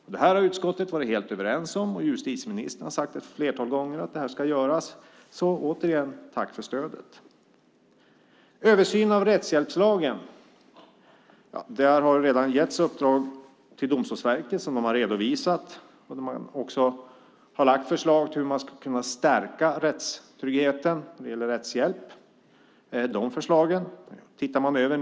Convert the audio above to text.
Det här har utskottet varit helt överens om, och justitieministern har sagt ett flertal gånger att det här ska göras. Återigen: Tack för stödet! Det har redan getts ett uppdrag till Domstolsverket att se över rättshjälpslagen. De har redovisat sitt uppdrag och lagt fram förslag på hur man ska kunna stärka rättstryggheten när det gäller rättshjälp. De förslagen tittar man nu över.